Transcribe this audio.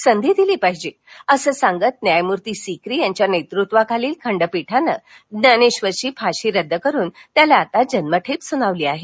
संधी दिली पाहिजे असं सांगत न्यायमूर्ती सिकरी यांच्या नेतृत्वाखालील खंध्मीठानं ज्ञानेश्वरची फाशी रद्द करून त्याला आता जन्मठेप सुनावली आहे